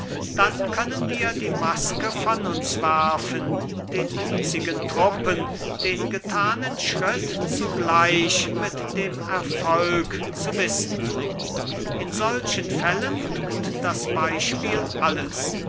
dann können wir die maske von uns werfen den hiesigen truppen den getanen schritt zugleich mit dem erfolg zu wissen tun in solchen fällen tut das beispiel alles